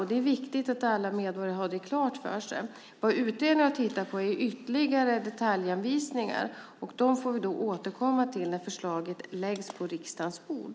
Det är viktigt att alla medborgare har det klart för sig. Vad utredningen har tittat på är ytterligare detaljanvisningar. Dem får vi återkomma till när förslaget läggs på riksdagens bord.